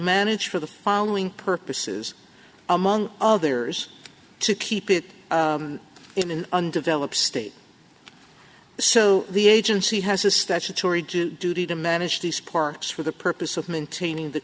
managed for the following purposes among others to keep it in an undeveloped state so the agency has a statutory duty to manage these parks for the purpose of maintaining the